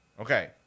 Okay